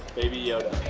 baby yoda.